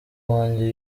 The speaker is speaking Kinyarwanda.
wanjye